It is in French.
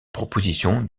proposition